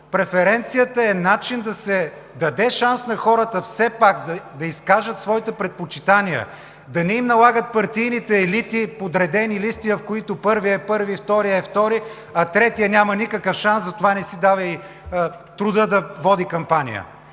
Преференцията е начин да се даде шанс на хората все пак да изкажат своите предпочитания, да не им налагат партийните елити подредени листи, в които първият е първи, вторият е втори, а третият няма никакъв шанс и затова не си дава труда да води кампания.